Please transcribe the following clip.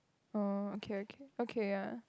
oh okay okay okay ya